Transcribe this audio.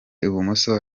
ibumoso